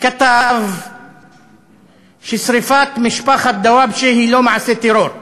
כתב ששרפת משפחת דוואבשה היא לא מעשה טרור.